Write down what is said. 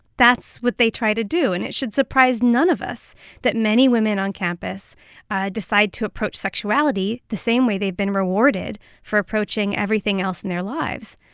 that's what they try to do. and it should surprise none of us that many women on campus decide to approach sexuality the same way they've been rewarded for approaching everything else in their lives,